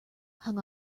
hung